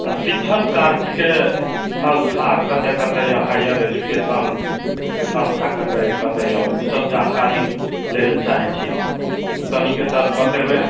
आओर शिक्षण कार्यके सँस्था कतए कतए यऽ हायर एजुकेशनके सँस्था कतए कतए यऽ ओसब जानकारी लै ले चाहै छी हम तनिके सर बतेबै